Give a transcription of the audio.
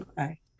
okay